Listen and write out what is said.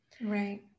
Right